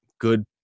good